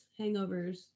hangovers